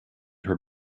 her